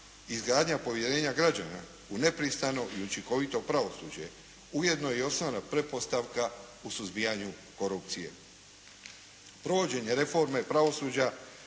Izgradnja povjerenja građana u nepristrano i učinkovito pravosuđe ujedno je i osnovna pretpostavka u suzbijanju korupcije. Provođenje reforme pravosuđa